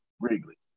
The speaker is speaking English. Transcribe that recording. Wrigley